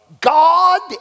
God